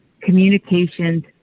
communications